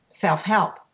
self-help